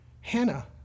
Hannah